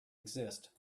exist